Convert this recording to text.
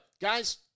guys